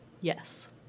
Yes